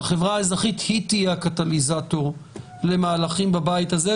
החברה האזרחית היא תהיה הקטליזטור למהלכים בבית הזה,